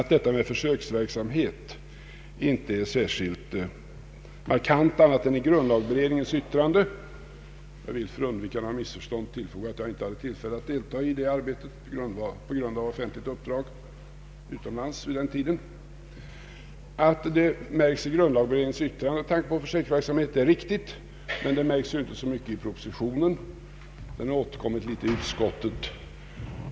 Talet om försöksverksamhet är inte särskilt markant annat än i grundlagberedningens yttrande — jag vill för undvikande av missförstånd tillfoga att jag inte hade tillfälle att delta i dess arbete på grund av offentligt uppdrag utomlands. Detta tal om försöksverksamhet märks inte så mycket i propositionen, fast det har återkommit litet i utskottet.